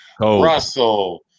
Russell